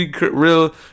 real